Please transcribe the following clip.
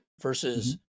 versus